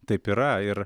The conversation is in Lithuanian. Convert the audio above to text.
taip yra ir